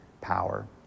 power